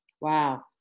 Wow